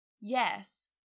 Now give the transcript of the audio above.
yes